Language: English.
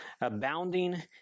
abounding